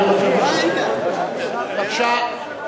בבקשה.